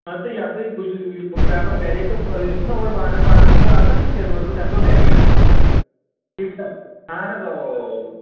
پَتہِ یہِ ہسا بہٕ چھُس یہِ بہٕ پرٛارہو گرے تہٕ یہِ چھُناہ اور باغَس واغس منٛز آسان تہٕ تیٚلہِ روزٕ بہٕ تَمہِ دۄہ گری حظ ٹھیٖک چھُ نہَ حظ اَہَن حظ اَوا اَوا اَوا